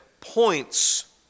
points